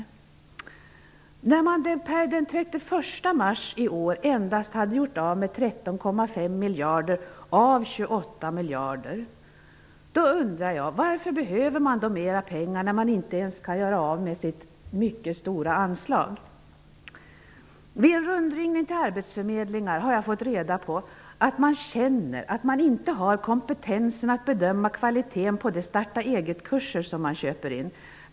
Eftersom man per den 31 mars i år endast hade gjort av med 13,5 miljarder av 28 miljarder undrar jag: Varför behöver man mera pengar, när man inte ens kan göra av med sitt redan mycket stora anslag? Vid en rundringning till arbetsförmedlingar har jag fått reda på att man känner att man inte har kompetensen att bedöma kvaliteten på de startaeget-kurser som man köper in.